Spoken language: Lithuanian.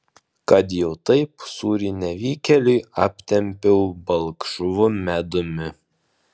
kad jau taip sūrį nevykėliui aptepiau balkšvu medumi